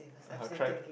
I had tried